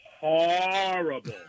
horrible